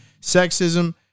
sexism